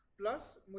Plus